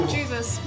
Jesus